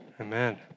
Amen